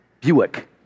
Buick